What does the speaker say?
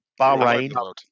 Bahrain